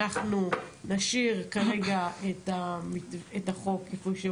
אנחנו נשאיר כרגע את החוק כפי שהוא,